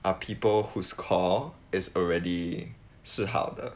are people whose core is already 是好的